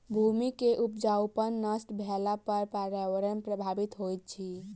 भूमि के उपजाऊपन नष्ट भेला पर पर्यावरण प्रभावित होइत अछि